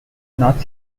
north